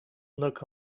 knock